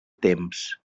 temps